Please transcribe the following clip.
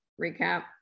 recap